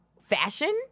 fashion